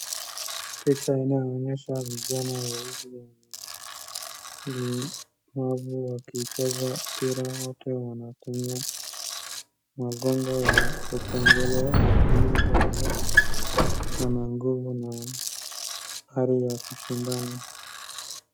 Picha inayoonyesha vijana wawili walemavu wakicheza mpira. Wote wanatumia magongo ya kutembelea lakini bado wana nguvu na ari ya kushindana.